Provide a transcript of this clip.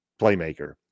playmaker